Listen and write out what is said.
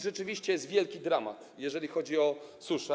Rzeczywiście jest wielki dramat, jeżeli chodzi o suszę.